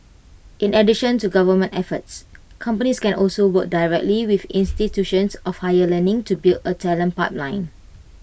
in addition to government efforts companies can also work directly with institutions of higher learning to build A talent pipeline